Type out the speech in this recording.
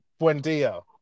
Buendia